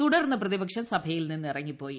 തുടർന്ന് പ്രതിപക്ഷം സഭയിൽ നിന്നിറങ്ങിപ്പോയി